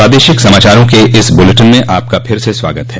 प्रादेशिक समाचारों के इस बुलेटिन में आपका फिर से स्वागत है